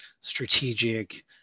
strategic